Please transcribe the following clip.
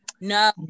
no